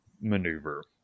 maneuver